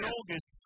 August